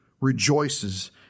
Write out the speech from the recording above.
rejoices